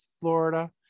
Florida